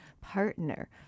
partner